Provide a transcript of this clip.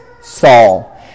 Saul